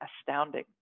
astounding